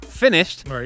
Finished